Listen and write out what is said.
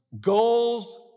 goals